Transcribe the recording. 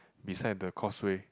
beside the causeway